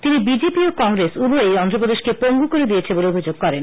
তিনি বিজেপি ও কংগ্রেস উভয়ই অন্ধ্রপ্রদেশকে পঙ্গু করে দিয়েছে বলে অভিযোগ করেন